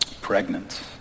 pregnant